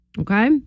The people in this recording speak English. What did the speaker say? okay